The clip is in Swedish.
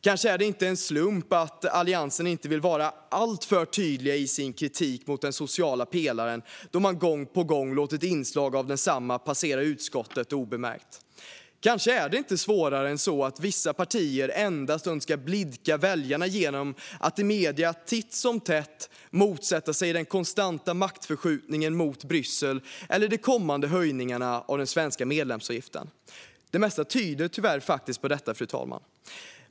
Kanske är det inte en slump att Alliansen inte vill vara alltför tydlig i sin så kallade kritik mot den sociala pelaren, då man gång på gång låtit inslag av densamma passera utskottet obemärkt. Kanske är det inte svårare än att vissa partier endast önskar blidka väljarna genom att i medierna titt som tätt motsätta sig den konstanta maktförskjutningen mot Bryssel eller de kommande höjningarna av den svenska medlemsavgiften. Det mesta tyder tyvärr på detta, fru talman.